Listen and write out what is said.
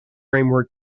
framework